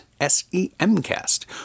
S-E-M-Cast